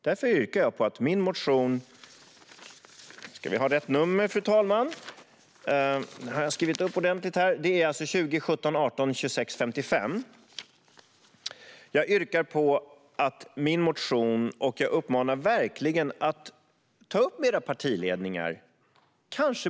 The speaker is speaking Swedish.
Därför yrkar jag bifall till min motion 2017/18:2655 och uppmanar er verkligen att ta upp denna fråga med era partiledningar.